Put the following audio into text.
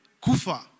kufa